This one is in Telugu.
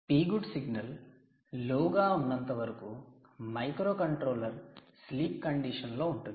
'Pgood' సిగ్నల్ లో గా ఉన్నంతవరకు మైక్రో కంట్రోలర్ స్లీప్ కండిషన్ లో ఉంటుంది